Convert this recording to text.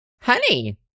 honey